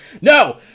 no